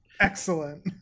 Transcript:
Excellent